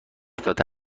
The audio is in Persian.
داده